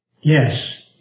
Yes